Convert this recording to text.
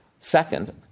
Second